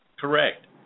Correct